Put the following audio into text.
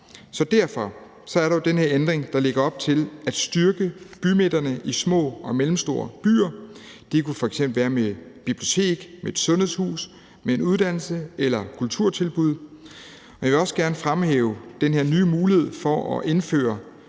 Derfor er der den her ændring, som lægger op til at styrke bymidterne i små og mellemstore byer; det kunne f.eks. være med et bibliotek, med et sundhedshus, med en uddannelse eller kulturtilbud. Jeg vil også gerne fremhæve den her nye mulighed for at indføre